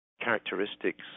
Characteristics